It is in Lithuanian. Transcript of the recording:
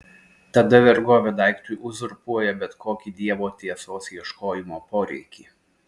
tada vergovė daiktui uzurpuoja bet kokį dievo tiesos ieškojimo poreikį